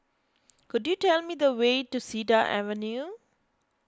could you tell me the way to Cedar Avenue